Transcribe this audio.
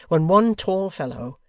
when one tall fellow,